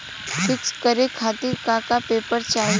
पिक्कस करे खातिर का का पेपर चाही?